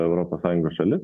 europos sąjungos šalis